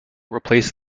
replaced